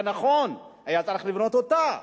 זה נכון, היה צריך לבנות אותה.